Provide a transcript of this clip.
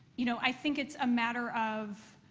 you know, i think it's a matter of